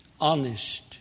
honest